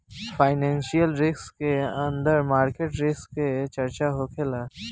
financial risk के अंदर market risk के चर्चा होखेला